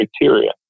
criteria